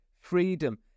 freedom